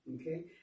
okay